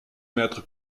mettre